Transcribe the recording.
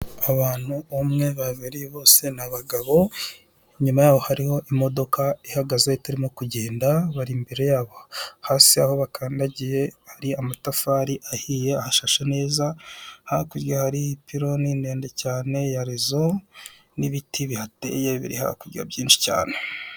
Abantu umwe babiri bose ni abagabo, inyuma yabo hariho imodoka ihagaze itarimo kugenda, bari imbere yaho, hasi aho bakandagiye hari amatafari ahiye ahashashe neza, hakurya hari ipironi ndende cyane ya rezo n'ibiti bihateye, biri hakurya byinshi cyane.